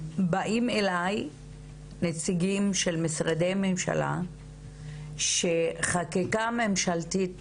באים אלי נציגים של משרדי ממשלה שחקיקה ממשלתית